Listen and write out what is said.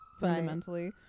fundamentally